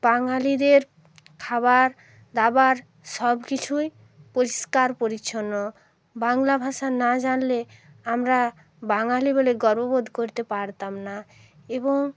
বাঙালিদের খাবার দাবার সব কিছুই পরিষ্কার পরিচ্ছন্ন বাংলা ভাষা না জানলে আমরা বাঙালি বলে গর্ববোধ করতে পারতাম না এবং